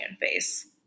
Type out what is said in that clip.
face